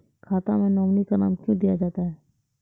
खाता मे नोमिनी का नाम क्यो दिया जाता हैं?